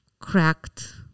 cracked